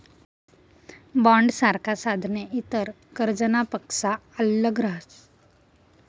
बॉण्डसारखा साधने इतर कर्जनापक्सा आल्लग रहातस